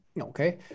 Okay